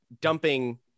dumping